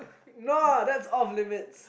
no that's off limits